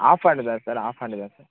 of hand தான் sir off hand தான் sir